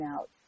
out